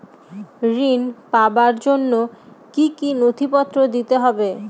ঋণ পাবার জন্য কি কী নথিপত্র দিতে হবে?